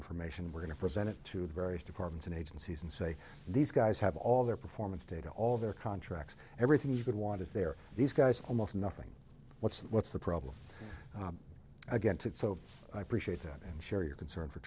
information we're going to present it to the various departments and agencies and say these guys have all their performance data all their contracts everything you could want is there these guys almost nothing what's the what's the problem again to it so i appreciate it and share your concern for